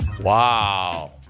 Wow